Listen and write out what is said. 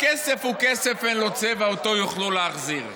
הכסף הוא כסף ללא צבע, אותו יוכלו להחזיר.